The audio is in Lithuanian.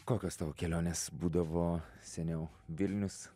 kokios tavo kelionės būdavo seniau vilnius